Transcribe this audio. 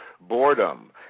boredom